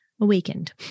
awakened